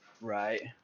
right